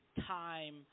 time